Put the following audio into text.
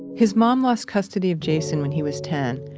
his mom lost custody of jason when he was ten.